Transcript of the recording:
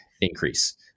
increase